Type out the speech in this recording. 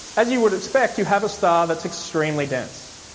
as you could expect, you have a star that's extremely dense.